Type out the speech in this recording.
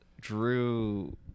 Drew